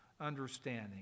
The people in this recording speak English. understanding